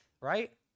right